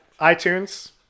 iTunes